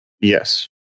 Yes